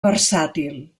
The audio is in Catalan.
versàtil